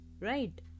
Right